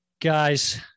Guys